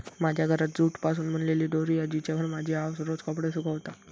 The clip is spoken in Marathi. माझ्या घरात जूट पासून बनलेली दोरी हा जिच्यावर माझी आउस रोज कपडे सुकवता